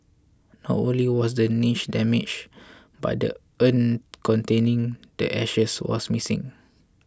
not only was the niche damaged but the urn containing the ashes was missing